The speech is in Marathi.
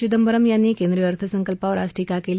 चिंदबरम यांनी केंद्रीय अर्थसंकल्पावर आज टिका केली